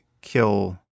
kill